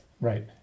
Right